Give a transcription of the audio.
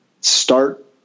start